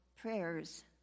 prayers